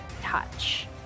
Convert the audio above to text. touch